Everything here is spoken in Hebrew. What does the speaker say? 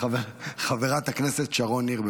חברת הכנסת שרון ניר.